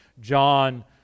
John